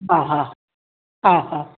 हा हा हा हा